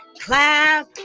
clap